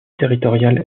territoriale